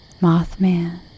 Mothman